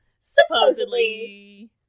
Supposedly